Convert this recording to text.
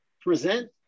present